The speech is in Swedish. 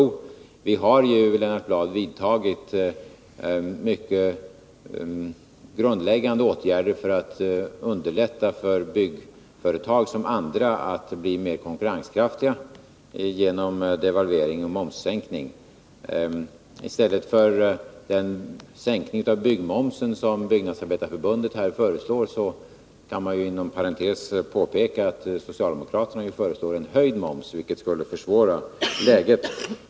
Vi har dock, Lennart Bladh, genom devalvering och momssänkning vidtagit mycket grundläggande åtgärder för att underlätta för såväl byggföretag som andra företag att bli mer konkurrenskraftiga. Inom parentes kan det påpekas att socialdemokraterna, i stället för den sänkning av byggmomsen som föreslagits av Byggnadsarbetareförbundet, föreslår en högre moms än vad regeringen funnit nödvändig, något som naturligtvis skulle försvåra läget.